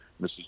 Mrs